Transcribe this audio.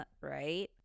right